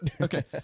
Okay